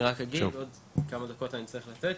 אני רק אגיד שבעוד כמה דקות אני צריך לצאת.